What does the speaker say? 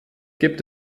gibt